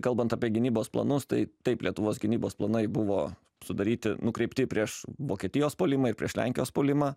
kalbant apie gynybos planus tai taip lietuvos gynybos planai buvo sudaryti nukreipti prieš vokietijos puolimą ir prieš lenkijos puolimą